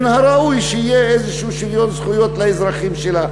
מן הראוי שיהיה איזשהו שוויון זכויות לאזרחים שלה.